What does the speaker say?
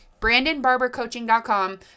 brandonbarbercoaching.com